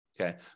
Okay